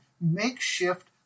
makeshift